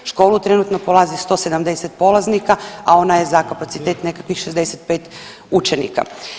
Školu trenutno polazi 170 polaznika, a ona je za kapacitet nekakvih 65 učenika.